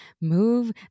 move